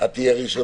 את תהיי הראשונה?